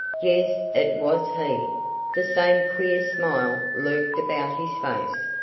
yes, it was he the same queer smile lurked about his face,